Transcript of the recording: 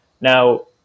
Now